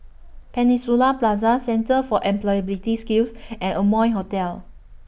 Peninsula Plaza Centre For Employability Skills and Amoy Hotel